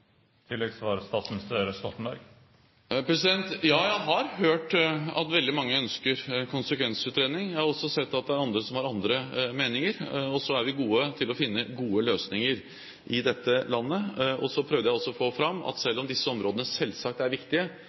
Ja, jeg har hørt at veldig mange ønsker en konsekvensutredning. Jeg har også sett at det er andre som har andre meninger. Og så er vi gode til å finne gode løsninger i dette landet. Så prøvde jeg også å få fram at selv om disse områdene selvsagt er viktige,